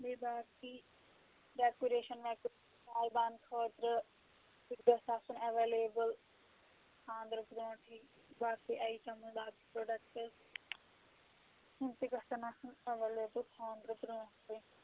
بیٚیہِ باقٕے ڈیکوریشَن ویکوریشَن سایبانہٕ خٲطرٕ سُہ تہِ گژھِ آسُن ایٚویلیبُل خانٛدرٕ برٛونٛٹھٕے باقٕے آیٹَمز باقٕے پرٛوڈَکٹٕس یِم تہِ گژھن آسٕنۍ ایٚویلیبُل خانٛدرٕ برٛونٛٹھٕے